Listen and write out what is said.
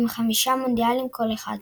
עם חמישה מונדיאלים כל אחד.